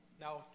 Now